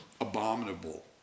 abominable